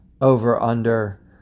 over-under